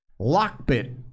lockbit